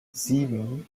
sieben